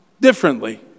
differently